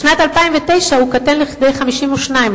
בשנת 2009 הוא קטן כדי 52%,